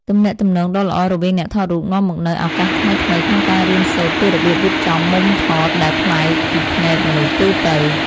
ទំនាក់ទំនងដ៏ល្អរវាងអ្នកថតរូបនាំមកនូវឱកាសថ្មីៗក្នុងការរៀនសូត្រពីរបៀបរៀបចំមុំថតដែលប្លែកពីភ្នែកមនុស្សទូទៅ។